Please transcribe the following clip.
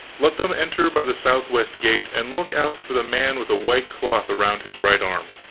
let them enter by the southwest gate, and look out for the man with a white cloth around his right arm.